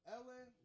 Ellen